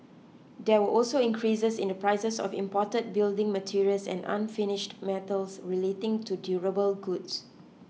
there were also increases in the prices of imported building materials and unfinished metals related to durable goods